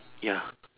ya